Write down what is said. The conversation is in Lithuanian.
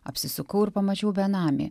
apsisukau ir pamačiau benamį